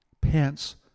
pants